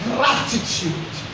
Gratitude